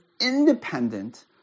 independent